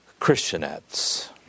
Christianettes